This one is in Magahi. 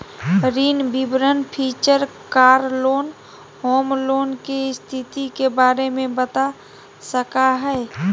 ऋण विवरण feature car loan, home loan, के स्थिति के बारे में बता सका हइ